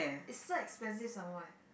it's so expensive some more eh